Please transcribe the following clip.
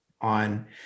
on